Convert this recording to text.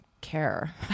care